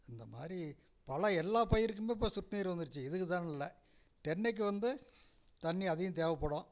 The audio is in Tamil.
அந்தமாதிரி பல எல்லா பயிருக்குமே இப்போ சொட்டுநீர் வந்துருச்சு இதுக்குதான் இல்லை தென்னைக்கு வந்து தண்ணி அதிகம் தேவைப்படும்